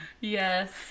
Yes